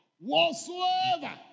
whatsoever